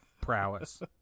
prowess